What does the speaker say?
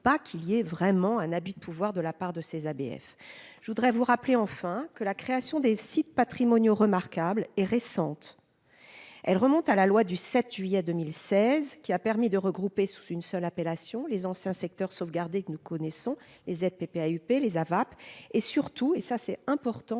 je voudrais vous rappeler enfin que la création des sites patrimoniaux remarquables est récente : elle remonte à la loi du 7 juillet 2016 qui a permis de regrouper sous une seule appellation les anciens secteurs sauvegardés que nous connaissons les aides PPA les ah vap'et surtout, et ça c'est important